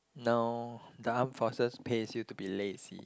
no the Arm Forces pays you to be lazy